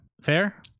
fair